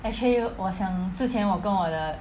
actually 我想之前我跟我的